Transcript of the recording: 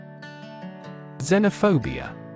Xenophobia